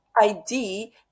id